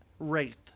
Wraith